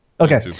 Okay